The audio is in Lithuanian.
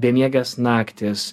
bemiegės naktys